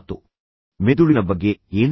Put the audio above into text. ಮತ್ತು ಮೆದುಳಿನ ಬಗ್ಗೆ ಏನು